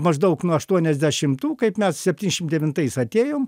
maždaug nuo aštuoniasdešimtų kaip mes septynšimt devintais atėjom